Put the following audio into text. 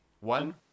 One